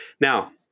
Now